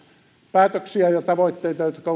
päätöksiä ja tavoitteita jotka